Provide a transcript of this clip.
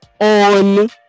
on